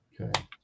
Okay